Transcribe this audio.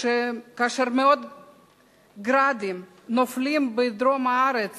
כאשר מאות "גראדים" נופלים בדרום הארץ